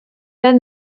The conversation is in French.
pas